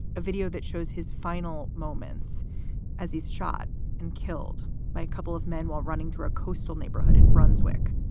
a video that shows his final moments as he's shot and killed by a couple of men while running through a coastal neighborhood in brunswick,